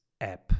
app